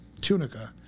tunica